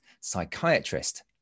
psychiatrist